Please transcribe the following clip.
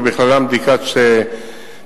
ובכללן בדיקת שמיעה,